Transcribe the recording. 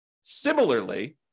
Similarly